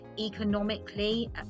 economically